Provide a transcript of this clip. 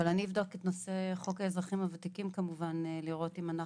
אבל אבדוק את חוק האזרחים הוותיקים לראות גם.